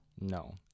No